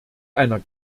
einer